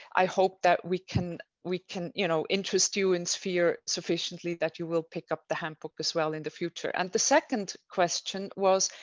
i hope that we can we can you know interest you in sphere sufficiently that you will pick up the handbook as well in the future. and the second question was,